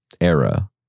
era